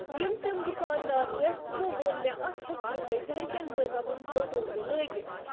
یِم تِم دُکاندار ٲسۍ تِمو ووٚن مےٚ اَتھ ہؠکِو تُہۍ گرِکؠن بٲژن ہٕنٛدۍ فوٹو تہِ لٲگِتھ